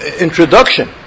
introduction